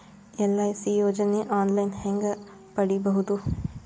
LIC ಯೋಜನೆ online ಹೇಂಗ ಪಡಿಬಹುದು?